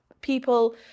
people